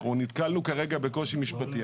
אנחנו נתקלנו כרגע בקושי משפטי.